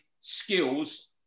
skills